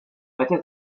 veces